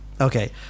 Okay